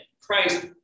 Christ